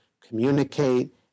communicate